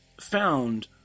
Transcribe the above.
found